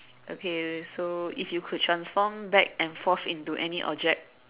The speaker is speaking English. okay so if you could transform back and forth into any object